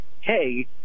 hey